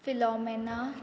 Philomena